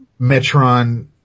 Metron